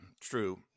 true